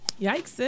Yikes